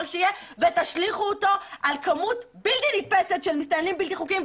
שיהיה ותשליכו אותו על כמות בלתי נתפסת של מסתננים בלתי חוקיים,